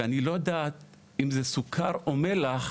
ואני לא יודעת אם זה סוכר או מלח,